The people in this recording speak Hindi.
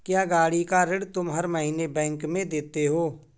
क्या, गाड़ी का ऋण तुम हर महीने बैंक में देते हो?